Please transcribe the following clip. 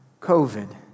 COVID